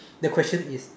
the question is